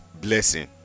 blessing